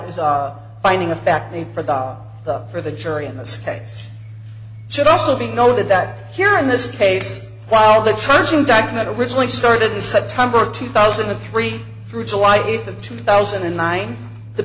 was a finding of fact the for the for the jury in this case should also be noted that here in this case while the charging document originally started in september two thousand and three through july th of two thousand and nine the